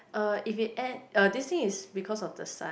uh if it end ya this thing is because of the sun